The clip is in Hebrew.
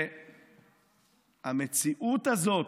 המציאות הזאת,